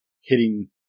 hitting